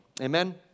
Amen